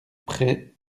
près